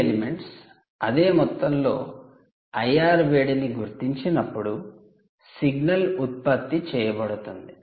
ఈ ఎలిమెంట్స్ అదే మొత్తంలో ఐఆర్ వేడిని గుర్తించినప్పుడు సిగ్నల్ ఉత్పత్తి చేయబడుతుంది